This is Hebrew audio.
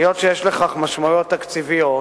היות שיש לכך משמעויות תקציביות,